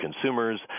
consumers